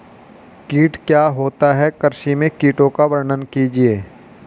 कीट क्या होता है कृषि में कीटों का वर्णन कीजिए?